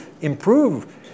improve